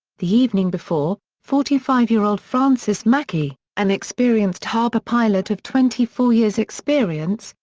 the evening before, forty five year old francis mackey, an experienced harbour pilot of twenty four years' experience,